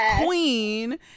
queen